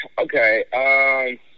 okay